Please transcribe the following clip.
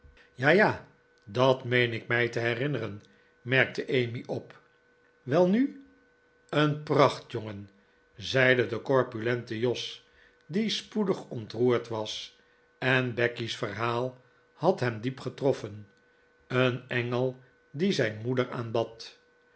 ja ja dat meen ik mij te herinneren merkte emmy op welnu een pracht jongen zeide de corpulente jos die spoedig ontroerd was en becky's verhaal had hem diep getroffen een engel die zijn moeder aanbad